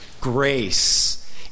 grace